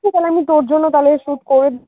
ঠিক আছেে আমি তোর জন্য তাহলে শ্যুট করে